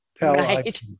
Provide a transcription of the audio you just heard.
Right